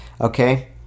Okay